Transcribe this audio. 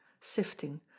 sifting